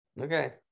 Okay